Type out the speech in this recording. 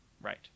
Right